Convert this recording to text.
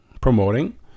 promoting